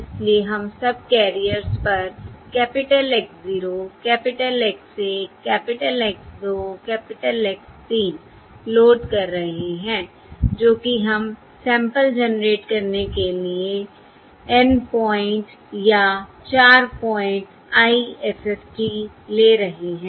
इसलिए हम सबकैरियर्स पर capital X 0 capital X 1 capital X 2 capital X 3 load कर रहे हैं जो कि हम सैंपल जेनरेट करने के लिए N पॉइंट या 4 पॉइंट IFFT ले रहे हैं